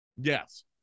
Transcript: yes